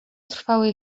trwały